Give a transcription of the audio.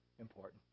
important